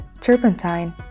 turpentine